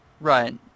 Right